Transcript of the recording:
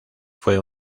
fue